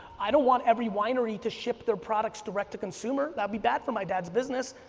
i don't want every winery to ship their products direct to consumer, that'd be bad for my dad's business,